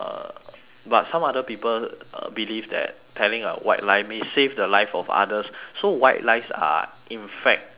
but some other people uh believe that telling a white lie may save the life of others so white lies are in fact good